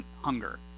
Hunger